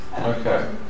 okay